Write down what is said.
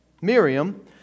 Miriam